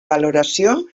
valoració